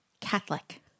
Catholic